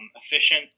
efficient